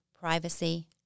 privacy